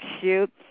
cute